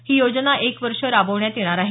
ही योजना एक वर्ष राबवण्यात येणार आहे